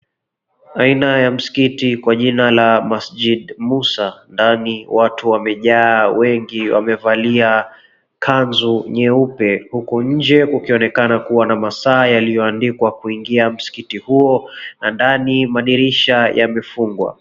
Aina ya msikiti kwa jina la MASJID MUSA, ndani watu wamejaa wengi. Wamevalia kanzu nyeupe huku nje kukionekana kuwa na masaa yaliyoandikwa kuingia msikiti huo na ndani madirisha yamefungwa.